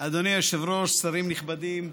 אדוני היושב-ראש, שרים נכבדים,